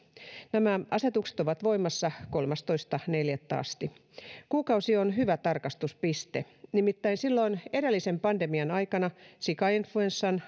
nämä asetukset ovat voimassa kolmastoista neljättä asti kuukausi on hyvä tarkastuspiste nimittäin silloin edellisen pandemian aikana sikainfluenssan